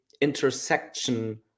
intersection